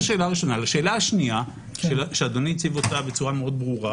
השאלה השנייה שאדוני הציג אותה בצורה מאוד ברורה: